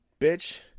bitch